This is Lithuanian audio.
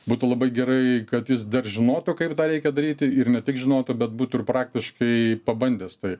būtų labai gerai kad jis dar žinotų kaip tą reikia daryti ir ne tik žinotų bet būtų ir praktiškai pabandęs tai